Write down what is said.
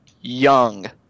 Young